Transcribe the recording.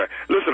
Listen